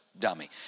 dummy